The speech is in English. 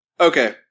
Okay